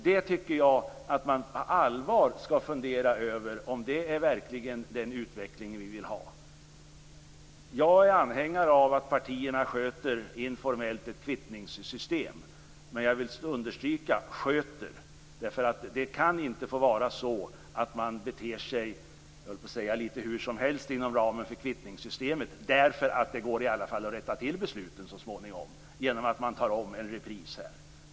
Det tycker jag att man på allvar skall fundera över, om det verkligen är den utveckling vi vill ha. Jag är anhängare av att partierna informellt sköter ett kvittningssystem, men jag vill understryka ordet sköter, därför att det kan inte få vara så att man beter sig - jag höll på att säga lite hur som helst inom ramen för kvittningssystemet, därför att det i alla fall går att rätta till besluten så småningom genom att man tar om en repris här.